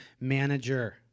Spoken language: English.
manager